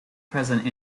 present